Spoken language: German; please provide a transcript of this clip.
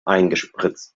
eingespritzt